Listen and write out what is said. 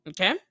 Okay